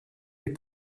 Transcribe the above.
les